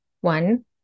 One